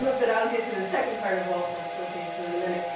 but but i'll get to the second part of walpole's quotation in a minute.